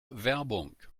werbung